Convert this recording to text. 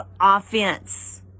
offense